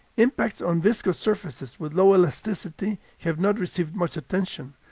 impacts on viscous surfaces with low elasticity have not received much attention,